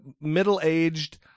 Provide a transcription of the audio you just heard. middle-aged